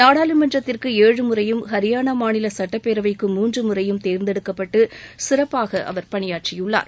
நாடாளுமன்றத்திற்கு ஏழு முறையும் ஹரியானா மாநில சுட்டப்பேரவைக்கு மூன்று முறையும் தேர்ந்தெடுக்கப்பட்டு சிறப்பாக அவர் பணியாற்றியுள்ளார்